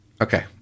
Okay